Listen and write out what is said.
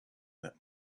that